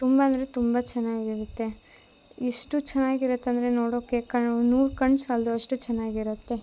ತುಂಬಾ ಅಂದರೆ ತುಂಬ ಚೆನ್ನಾಗಿರತ್ತೆ ಇಷ್ಟು ಚೆನ್ನಾಗಿರತಂದರೆ ನೋಡೋಕೆ ಕ ನೂರು ಕಣ್ಣು ಸಾಲದು ಅಷ್ಟು ಚೆನ್ನಾಗಿರತ್ತೆ